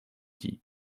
dis